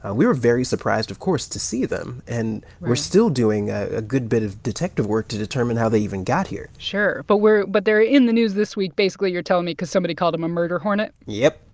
ah we were very surprised, of course, to see them. and we're still doing a good bit of detective work to determine how they even got here sure. but we're but they're in the news this week basically, you're telling me, cause somebody called them a murder hornet yep.